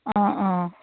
অঁ অঁ